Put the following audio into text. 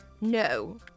No